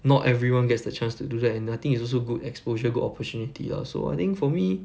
not everyone gets the chance to do that and I think it's also good exposure good opportunity ah so I think for me